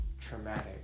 traumatic